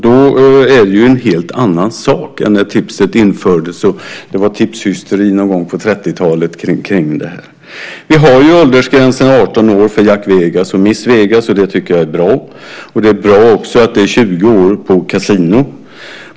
Det är ju en helt annan sak än när tipset infördes och det var tipshysteri någon gång på 30-talet. Vi har åldersgränsen 18 år för Jack Vegas och Miss Vegas, och det tycker jag är bra. Det är bra också att det är åldersgräns på 20 på kasino.